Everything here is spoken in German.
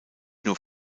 nur